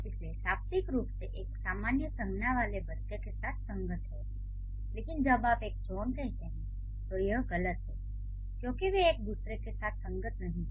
इसलिए शाब्दिक रूप से "एक" सामान्य संज्ञा वाले "बच्चे" के साथ संगत है लेकिन जब आप "एक जॉन" कहते हैं तो यह गलत है क्योंकि वे एक दूसरे के साथ संगत नहीं हैं